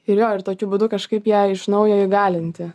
ir jo ir tokiu būdu kažkaip ją iš naujo įgalinti